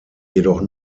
jedoch